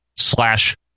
slash